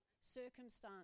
circumstance